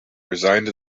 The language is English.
resigned